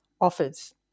offers